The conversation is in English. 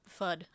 FUD